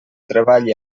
treballi